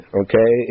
okay